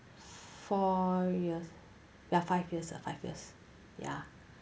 four years ya five years five years ya